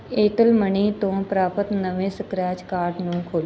Airtel money ਤੋਂ ਪ੍ਰਾਪਤ ਨਵੇਂ ਸਕ੍ਰੈਚ ਕਾਰਡ ਨੂੰ ਖੋਲ੍ਹੋ